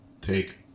take